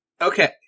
okay